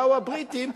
באו הבריטים,